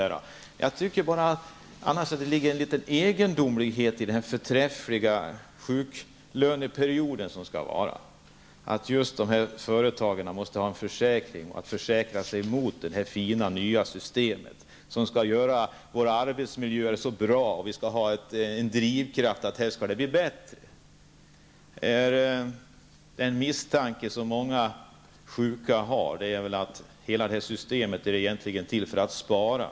När det gäller den förträffliga sjuklöneperiod som här är aktuell tycker jag att det är litet egendomligt att just företagen måste ha en försäkring, att man måste försäkra sig mot det nya systemet som ju skall vara så bra och som skall medverka till att våra arbetsmiljöer blir mycket bättre. Dessutom sägs det att vi här får en drivkraft och att det skall bli bättre förhållanden. En misstanke som många av de sjuka har är att hela det här systemet egentligen är till för att man skall spara.